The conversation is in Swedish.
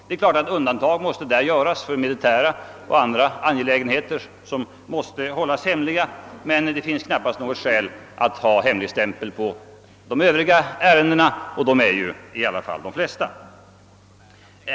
Självfallet måste undantag göras för militära och andra angelägenheter, som måste hållas hemliga, men det finns knappast något skäl att ha hemligstämpel på de andra ärendena, och de är ju ändå de flesta.